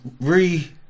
Re